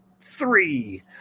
three